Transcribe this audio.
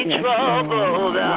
troubled